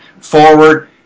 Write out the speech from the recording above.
forward